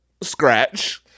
scratch